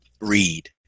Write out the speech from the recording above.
read